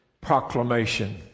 proclamation